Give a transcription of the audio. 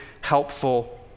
helpful